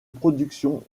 production